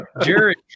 Jared